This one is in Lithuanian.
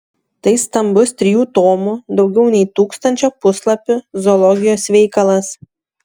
tai stambus trijų tomų daugiau nei tūkstančio puslapių zoologijos veikalas